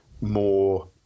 more